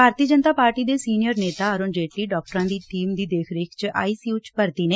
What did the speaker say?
ਭਾਰਤੀ Janata party ਦੇ senior ਨੇਤਾ ਅਰੁਣ ਜੇਟਲੀ ਡਾਕਟਰਾਂ ਦੀ ਟੀਮ ਦੀ ਦੇਖਰੇਖ 'ਚ ਆਈਸੀਯੂ 'ਚ ਭਰਤੀ ਨੇ